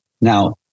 Now